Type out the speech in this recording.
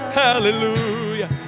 hallelujah